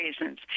reasons